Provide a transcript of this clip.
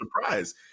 surprise